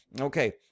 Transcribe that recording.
Okay